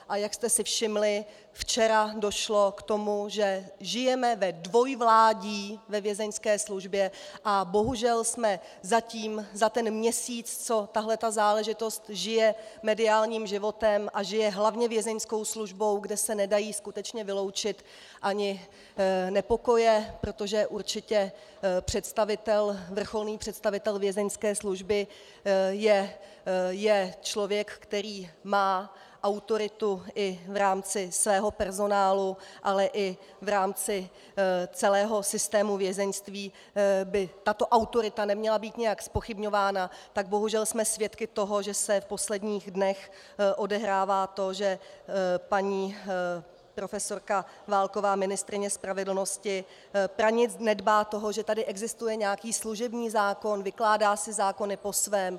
A jak jste si všimli, včera došlo k tomu, že žijeme ve dvojvládí ve Vězeňské službě a bohužel jsme zatím, za ten měsíc, co tahle záležitost žije mediálním životem a žije hlavně Vězeňskou službou, kde se nedají skutečně vyloučit ani nepokoje, protože určitě představitel, vrcholný představitel Vězeňské služby, je člověk, který má autoritu i v rámci svého personálu, ale i v rámci celého systému vězeňství, a tato autorita by neměla být nijak zpochybňována, tak bohužel jsme svědky toho, že se v posledních dnech odehrává to, že paní prof. Válková, ministryně spravedlnosti, pranic nedbá toho, že tady existuje nějaký služební zákon, vykládá si zákony po svém.